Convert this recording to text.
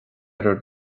bhur